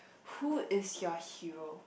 who is your hero